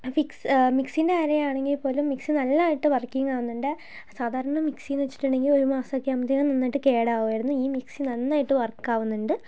മിക്സീന്റെ കാര്യമാണെങ്കിൽ പോലും മിക്സി നല്ലതായിട്ട് വർക്കിങ്ങാവുന്നുണ്ട് സാധാരണ മിക്സി എന്നുവച്ചിട്ടുണ്ടെങ്കിൽ ഒരു മാസമൊക്കെ ആവുമ്പോഴേക്കും നന്നായിട്ട് കേടാവുമായിരുന്നു ഈ മിക്സി നന്നായിട്ടു വർക്കാവുന്നുണ്ട്